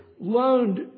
loaned